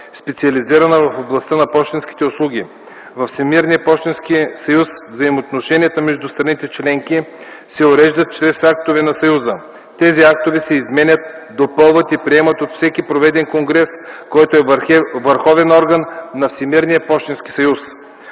специализирана в областта на пощенските услуги. Във Всемирния пощенски съюз взаимоотношенията между страните членки се уреждат чрез актовете на съюза. Тези актове се изменят, допълват и приемат от всеки проведен конгрес, който е върховен орган на Всемирния пощенски съюз.